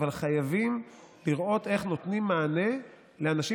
אלא חייבים לראות איך נותנים מענה לאנשים